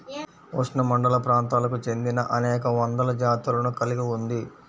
ఉష్ణమండలప్రాంతాలకు చెందినఅనేక వందల జాతులను కలిగి ఉంది